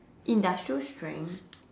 industrial strength